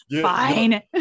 fine